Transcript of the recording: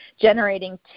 generating